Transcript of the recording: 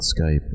Skype